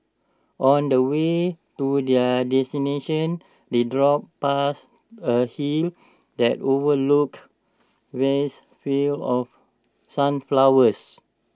on the way to their destination they drove past A hill that overlooked vast fields of sunflowers